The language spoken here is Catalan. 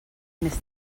més